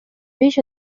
беш